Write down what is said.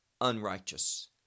unrighteous